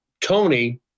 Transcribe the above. Tony